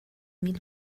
mil